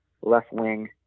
left-wing